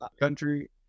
country